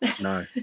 No